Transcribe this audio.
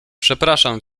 przepraszam